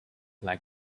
like